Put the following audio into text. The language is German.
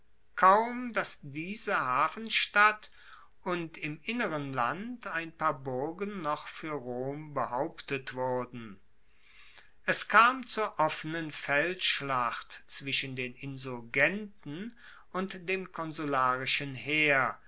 kaum dass diese hafenstadt und im inneren land ein paar burgen noch fuer rom behauptet wurden es kam zur offenen feldschlacht zwischen den insurgenten und dem konsularischen heer